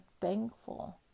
thankful